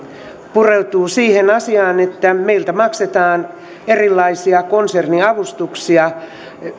pureutuu siihen asiaan että meiltä maksetaan erilaisia konserniavustuksia